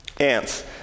Ants